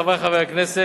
חברי חברי הכנסת,